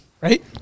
right